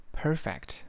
perfect